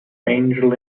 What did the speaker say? angel